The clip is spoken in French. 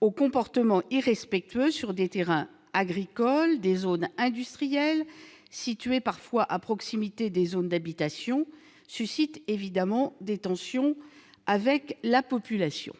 au comportement irrespectueux sur des terrains agricoles ou sur des zones industrielles, situés parfois à proximité des zones d'habitation, suscite évidemment des tensions avec la population.